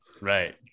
Right